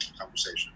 conversation